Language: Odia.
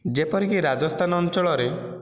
ଯେପରିକି ରାଜସ୍ତାନ ଅଞ୍ଚଳରେ